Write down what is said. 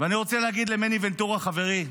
ואני רוצה להגיד למני ונטורה, חברי,